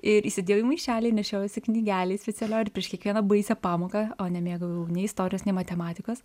ir įsidėjau į maišelį ir nešiojausi knygelėj specialioj ir prieš kiekvieną baisią pamoką o nemėgau nei istorijos nei matematikos